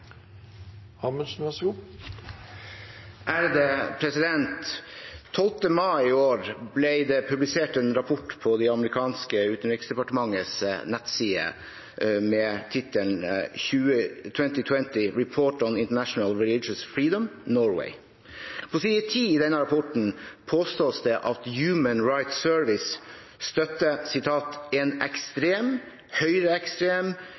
mai i år ble det publisert en rapport på det amerikanske utenriksdepartementets nettsider med tittelen «2020 Report on International Religious Freedom: Norway». På side ti i denne rapporten påstås det at Human Rights Service støtter en ekstrem høyreekstrem